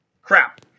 Crap